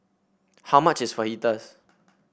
how much is Fajitas